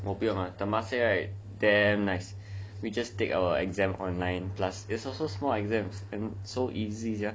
我不用 ah temasek right we just take our exam online plus it's also small exams so easy